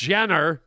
Jenner